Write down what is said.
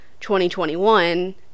2021